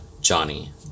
Johnny